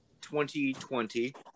2020